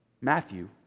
Matthew